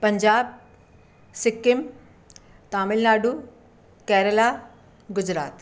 Punjab Sikkim Tamil Nadu Kerala Gujarat